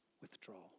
withdrawal